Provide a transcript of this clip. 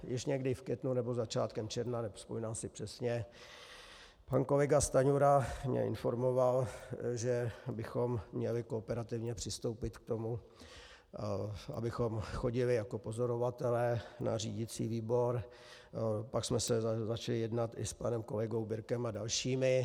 Již někdy v květnu nebo začátkem června, nevzpomínám si přesně, pan kolega Stanjura mě informoval, že bychom měli kooperativně přistoupit k tomu, abychom chodili jako pozorovatelé na řídicí výbor, pak jsme začali jednat i s panem kolegou Birkem a dalšími.